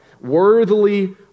worthily